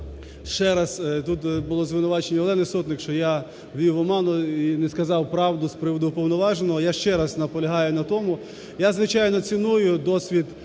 ще раз, тут було звинувачення Олени Сотник, що я ввів в оману і не сказав правду з приводу уповноваженого. Я ще раз наполягаю на тому, я, звичайно, ціную досвід